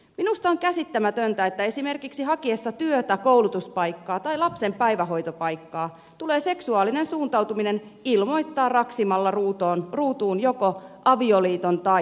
minusta on käsittämätöntä että esimerkiksi hakiessa työtä koulutuspaikkaa tai lapsen päivähoitopaikkaa tulee seksuaalinen suuntautuminen ilmoittaa raksimalla ruutuun joko avioliitto tai rekisteröity parisuhde